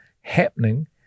happening